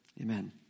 amen